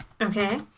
Okay